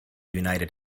united